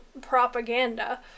Propaganda